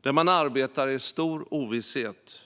där man arbetar i stor ovisshet.